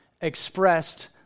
expressed